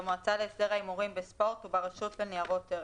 במועצה להסדר ההימורים בספורט וברשות לניירות ערך